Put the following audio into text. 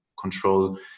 control